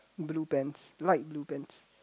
blue pants light blue pants